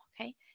Okay